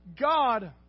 God